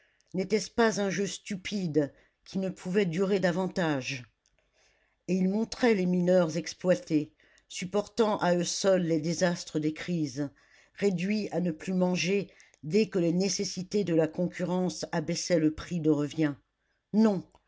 n'était-ce pas un jeu stupide qui ne pouvait durer davantage et il montrait les mineurs exploités supportant à eux seuls les désastres des crises réduits à ne plus manger dès que les nécessités de la concurrence abaissaient le prix de revient non